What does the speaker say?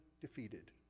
defeated